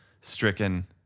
stricken